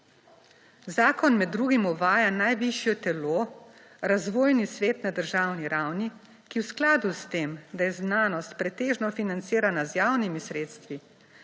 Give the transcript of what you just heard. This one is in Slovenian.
Zakon med drugim uvaja najvišje telo, Razvojni svet, na državni ravni, ki v skladu s tem, da je znanost pretežno financirana z javnimi sredstvi,